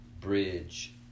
bridge